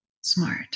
smart